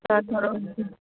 तव्हां थोरो